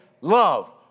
love